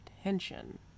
attention